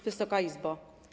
Wysoka Izbo!